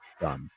done